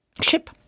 Ship